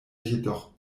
jedoch